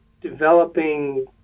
developing